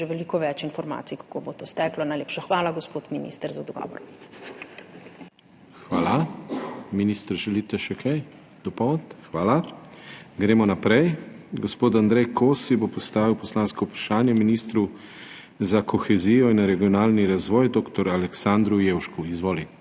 veliko več informacij, kako bo to steklo. Najlepša hvala, gospod minister, za odgovor. PODPREDESDNIK DANIJEL KRIVEC: Hvala. Minister, želite še kaj dopolniti? (Ne.) Hvala. Gremo naprej. Gospod Andrej Kosi bo postavil poslansko vprašanje ministru za kohezijo in regionalni razvoj dr. Aleksandru Jevšku. Izvoli.